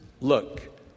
look